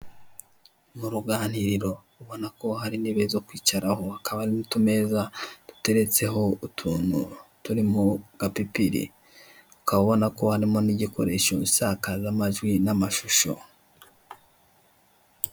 Mu ruganiriro ubona ko hari intebe zo kwicaraho hakaba hari n'utumeza duteretseho utuntu turi mu gapipiri ukaba ubona ko harimo n'igikoresho isakazamajwi n'amashusho.